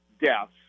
deaths